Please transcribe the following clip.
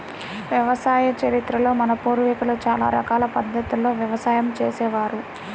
వ్యవసాయ చరిత్రలో మన పూర్వీకులు చాలా రకాల పద్ధతుల్లో వ్యవసాయం చేసే వారు